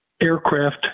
aircraft